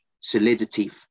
solidity